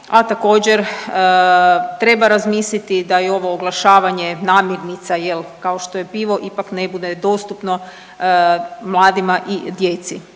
a također treba razmisliti da je i ovo oglašavanje namirnica kao što je pivo, ipak ne bude dostupno mladima i djeci.